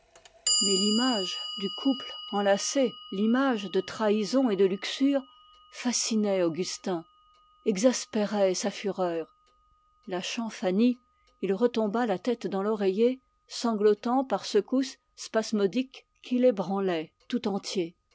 mais l'image du couple enlacé l'image de trahison et de luxure fascinait augustin exaspérait sa fureur il lâcha fanny et retomba la tête dans l'oreiller sanglotant par secousses spasmodiques qui l'ébranlaient tout entier